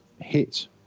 hit